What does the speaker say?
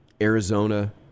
Arizona